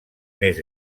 més